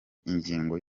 ingingo